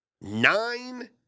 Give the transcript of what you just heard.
Nine